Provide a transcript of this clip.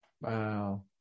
Wow